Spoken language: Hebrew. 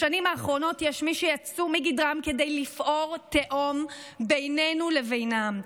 בשנים האחרונות יש מי שיצאו מגדרם כדי לפעור תהום בינינו לבינם.